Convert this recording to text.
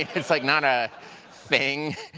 it's like not a thing.